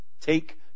take